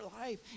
life